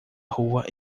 rua